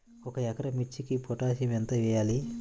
ఒక ఎకరా మిర్చీకి పొటాషియం ఎంత వెయ్యాలి?